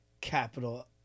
Capital